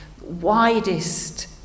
widest